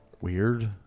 weird